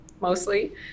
mostly